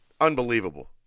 unbelievable